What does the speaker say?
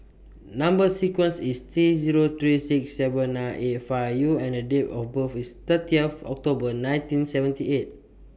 Number sequence IS T Zero three six seven nine eight five U and Date of birth IS thirty of October nineteen seventy eight